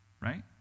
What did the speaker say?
right